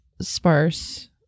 sparse